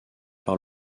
par